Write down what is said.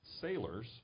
sailors